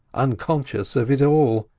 unconscious of it all.